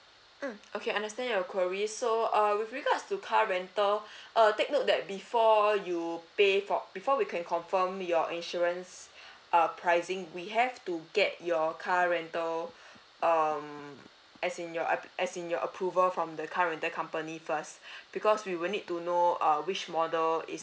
mm okay understand your queries so uh with regards to car rental uh take note that before you pay for before we can confirm your insurance uh pricing we have to get your car rental um as in your app~ in your approval from the car rental company first because we will need to know uh which model is